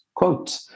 quote